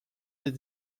est